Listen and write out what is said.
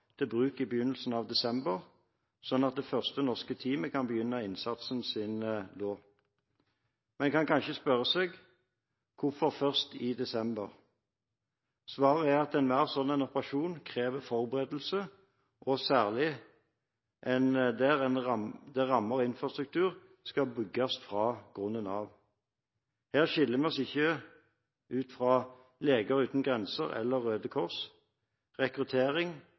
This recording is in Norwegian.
bruk i begynnelsen av desember, slik at det første norske teamet kan begynne innsatsen sin da. Man kan kanskje spørre seg: Hvorfor først i desember? Svaret er at enhver slik operasjon krever forberedelser, og særlig der rammer og infrastruktur skal bygges fra grunnen av. Her skiller vi oss ikke fra Leger Uten Grenser eller Røde Kors; rekruttering,